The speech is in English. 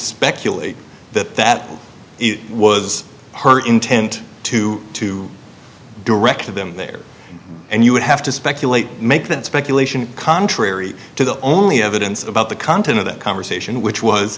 speculate that that was her intent to to direct them there and you would have to speculate make that speculation contrary to the only evidence about the content of that conversation which was